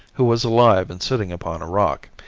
who was alive and sitting upon a rock.